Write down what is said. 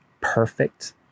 perfect